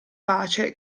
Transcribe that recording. pace